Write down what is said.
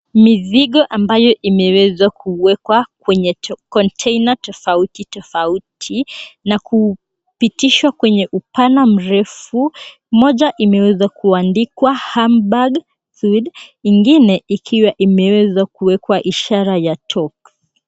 Mizigo ambayo imewezwa kuwekwa kwenye container tofauti tofauti na kupitishwa kenye upana mrefu, moja imewezwa kuandikwa Hamburg, ingine ikiwa imeweza kuwekwa ishara ya Touax